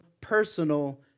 personal